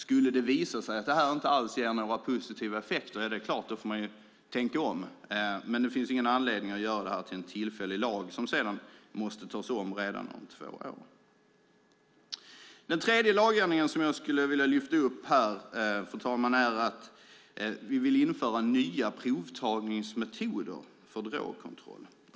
Skulle det visa sig att det inte alls ger några positiva effekter är det klart att man får tänka om. Men det finns ingen anledning att göra det till en tillfällig lag som sedan måste göras om redan om två år. Den tredje lagändring som jag skulle vilja ta upp här, fru talman, är att införa nya provtagningsmetoder för drogkontroll.